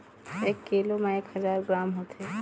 एक कीलो म एक हजार ग्राम होथे